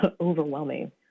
overwhelming